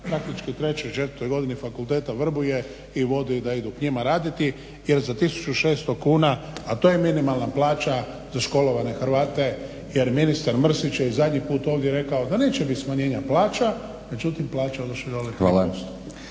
ih već na 3,4 godini fakulteta vrbuje i vodi da idu k njima raditi, jer za 1600 kuna, a to je minimalna plaća za školovane Hrvate, jer ministar Mrsić je i zadnji put ovdje rekao da neće bit smanjenja plaća, međutim plaće odoše dolje 5%.